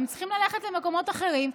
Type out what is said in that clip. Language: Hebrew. הם צריכים ללכת למקומות אחרים,